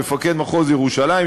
מפקד מחוז ירושלים,